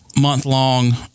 month-long